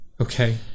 Okay